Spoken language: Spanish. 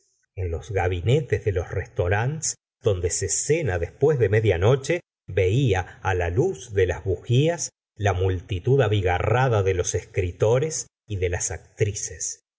en los gabinetes de los res taurantes donde se cena después de media noche veía á la luz de las bujías la multitud abigarrada de los escritores y de las actrices